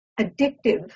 addictive